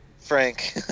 Frank